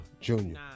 Junior